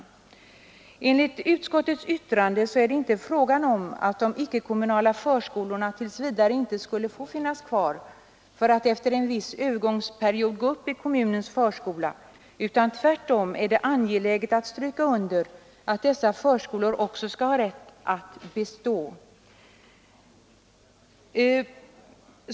Enligt utskottets yttrande är det icke fråga om att de icke-kommunala förskolorna tills vidare skulle få finnas kvar för att efter en viss övergångsperiod gå upp i kommunens förskola, utan tvärtom är det angeläget att stryka under att dessa förskolor också skall ha rätt att bestå.